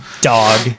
Dog